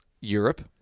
Europe